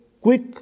quick